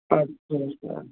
अच्छा अच्छा